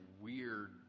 weird